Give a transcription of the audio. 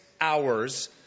hours